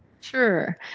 Sure